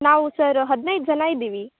ನಾವು ಸರ್ ಹದಿನೈದು ಜನ ಇದೀವಿ